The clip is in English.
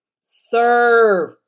Serve